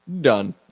done